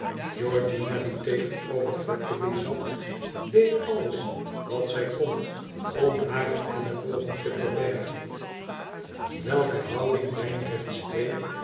georgiana die tegenover fiedgeby zat deed alles wat zij kon om hare ellebogen te verbergen welke houding